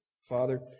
Father